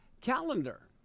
calendar